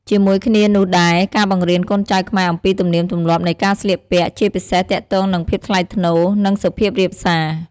ជាមួយគ្នានោះដែរ ការបង្រៀនកូនចៅខ្មែរអំពីទំនៀមទម្លាប់នៃការស្លៀកពាក់ ជាពិសេសទាក់ទងនឹងភាពថ្លៃថ្នូរ និងសុភាពរាបសារ។